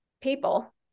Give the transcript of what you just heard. people